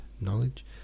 knowledge